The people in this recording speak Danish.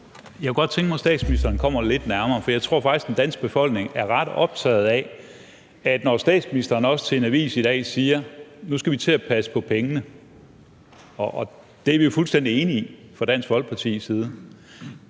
Jeg kunne godt tænke mig, at statsministeren kommer det lidt nærmere. For jeg tror faktisk, at den danske befolkning er ret optaget af, at statsministeren også til en avis i dag siger, at nu skal vi til at passe på pengene, hvilket vi er fuldstændig enige i fra Dansk Folkepartis side.